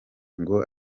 ngo